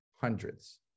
Hundreds